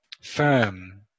firm